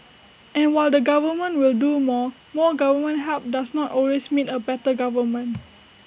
and while the government will do more more government help does not always mean A better government